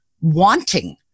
wanting